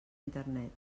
internet